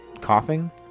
Coughing